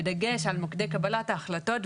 בדגש על מוקדי קבלת ההחלטות.